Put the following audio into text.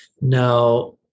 Now